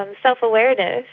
um self awareness,